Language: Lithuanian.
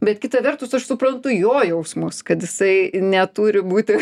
bet kita vertus aš suprantu jo jausmus kad jisai neturi būti